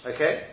Okay